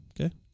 okay